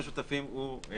למפקח על הבתים המשותפים יש